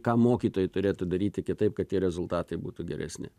ką mokytojai turėtų daryti kitaip kad tie rezultatai būtų geresni